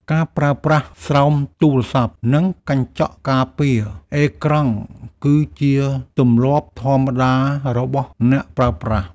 ការប្រើប្រាស់ស្រោមទូរស័ព្ទ និងកញ្ចក់ការពារអេក្រង់ គឺជាទម្លាប់ធម្មតារបស់អ្នកប្រើប្រាស់។